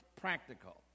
practical